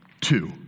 Two